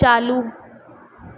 चालू